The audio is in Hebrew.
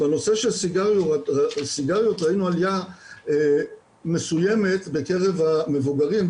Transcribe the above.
בנושא הסיגריות ראינו עליה מסוימת בקרב מבוגרים,